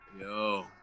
Yo